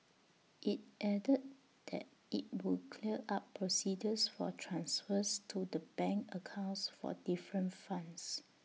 IT added that IT would clear up procedures for transfers to the bank accounts for different funds